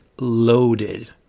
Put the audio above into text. loaded